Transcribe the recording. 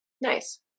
Nice